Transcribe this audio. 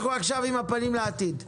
אנחנו עכשיו עם הפנים לעתיד.